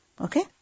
Okay